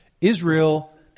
Israel